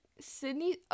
sydney